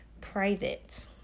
private